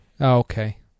Okay